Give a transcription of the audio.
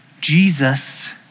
Jesus